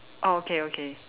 orh okay okay